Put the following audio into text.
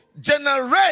generate